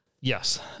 Yes